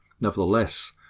nevertheless